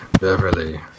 Beverly